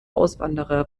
auswanderer